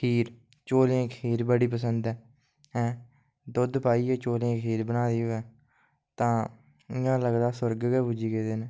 खीर चौलें दी खीर बड़ी पसंद ऐ दुद्ध पाइयै चौलें दी खीर बनाई दी होऐ तां इ'यां लगदा सुर्ग गै पुज्जी गेदे न